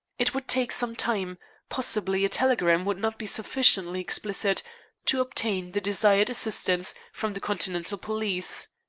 it would take some time possibly a telegram would not be sufficiently explicit to obtain the desired assistance from the continental police.